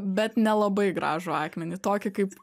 bet nelabai gražų akmenį tokį kaip